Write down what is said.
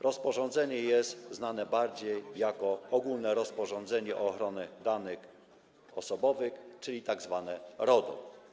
Rozporządzenie jest znane bardziej jako ogóle rozporządzenie o ochronie danych osobowych, czyli tzw. RODO.